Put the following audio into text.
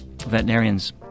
veterinarians